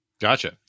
Gotcha